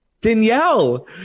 Danielle